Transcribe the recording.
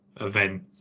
event